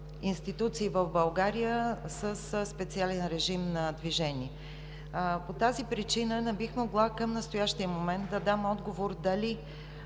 институции в България със специален режим на движение. По тази причина не бих могла към настоящия момент да дам отговор дали